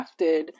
crafted